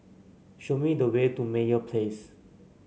show me the way to Meyer Place